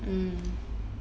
mm